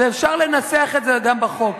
ואפשר לנסח את זה גם בחוק.